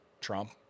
Trump